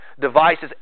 devices